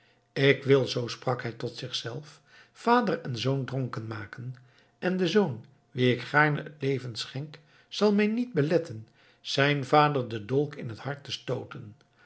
ik wil zoo sprak hij tot zichzelf vader en zoon dronken maken en de zoon wien ik gaarne het leven schenk zal mij niet beletten zijn vader den dolk in t hart te stooten